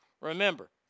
Remember